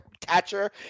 catcher